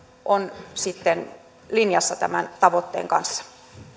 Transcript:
on sitten linjassa tämän tavoitteen kanssa